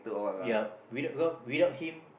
ya without because without him